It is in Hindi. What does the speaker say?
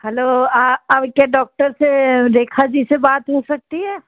हेलो क्या डॉक्टर से रेखा जी से बात हो सकती है